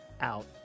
out